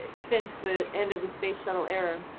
ah since the end of the space shuttle era.